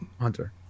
Hunter